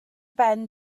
ben